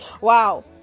wow